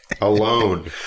alone